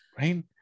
Right